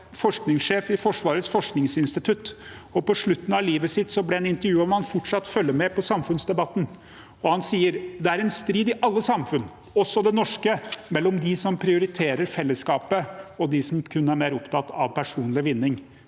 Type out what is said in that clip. forskningssjef i Forsvarets forskningsinstitutt, og på slutten av livet ble han intervjuet om hvorvidt han fortsatt fulgte med på samfunnsdebatten. Da sa han at det er en strid i alle samfunn – også det norske – mellom dem som prioriterer fellesskapet, og dem som kun er mer opptatt av personlig vinning.